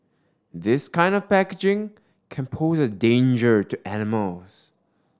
this kind of packaging can pose a danger to animals